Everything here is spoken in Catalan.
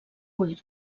cuir